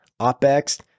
OPEX